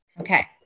Okay